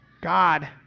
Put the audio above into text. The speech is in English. God